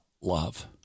love